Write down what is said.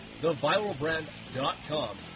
theviralbrand.com